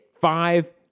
Five